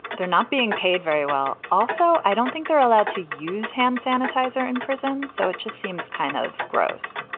they're not being paid very well. also, i don't think they're allowed to use hand sanitizer in prison. so it just seems kind of gross,